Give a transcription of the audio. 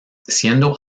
siendo